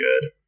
good